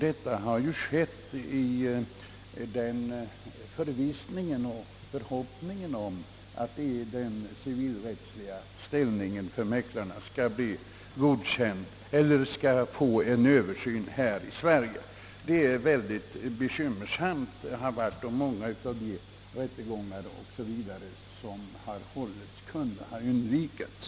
Detta har skett i den förhoppningen att mäklarnas civilrättsliga ställning här i Sverige skulle få en översyn. Situationen har hittills varit mycket bekymmersam; många av de rättegångar som har hållits borde ha kunnat undvikas.